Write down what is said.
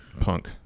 Punk